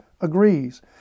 agrees